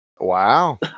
wow